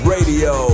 Radio